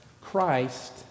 Christ